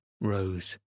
rose